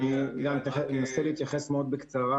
אני אנסה להתייחס מאוד בקצרה